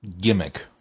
gimmick